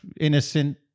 innocent